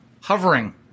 hovering